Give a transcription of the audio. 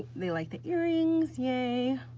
they like the earrings, yay.